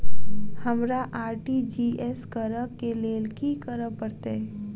हमरा आर.टी.जी.एस करऽ केँ लेल की करऽ पड़तै?